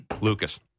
Lucas